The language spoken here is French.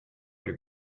plus